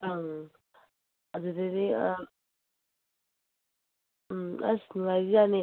ꯑꯪ ꯑꯗꯨꯗꯗꯤ ꯎꯝ ꯑꯁ ꯅꯨꯡꯉꯥꯏꯕ ꯖꯥꯠꯅꯤ